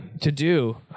to-do